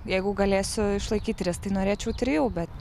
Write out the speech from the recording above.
jeigu galėsiu išlaikyt tris tai norėčiau trijų bet